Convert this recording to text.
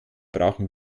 brauchen